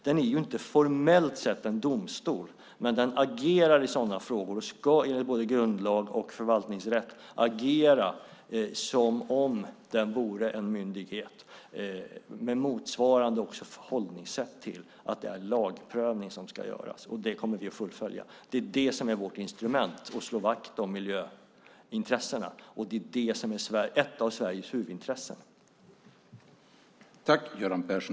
Den är inte formellt sett en domstol, men den agerar i sådana frågor och ska enligt både grundlag och förvaltningsrätt agera som om den vore en myndighet och ha motsvarande förhållningssätt. Det är lagprövning som ska göras. Detta kommer vi att fullfölja. Detta är vårt instrument för att slå vakt om miljöintressena, och det är ett av Sveriges huvudintressen.